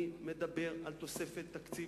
אני מדבר על תוספת מינימלית לתקציב